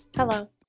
Hello